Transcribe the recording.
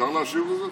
אפשר להשיב על זה?